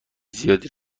زیادی